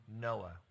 Noah